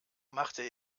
machte